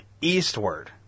eastward